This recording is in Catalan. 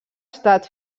estat